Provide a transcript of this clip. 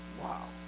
wow